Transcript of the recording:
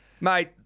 mate